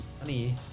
money